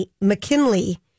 McKinley